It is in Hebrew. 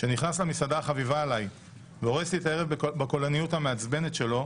שנכנס למסעדה החביבה עלי והורס לי את הערב בקולניות המעצבנת שלו,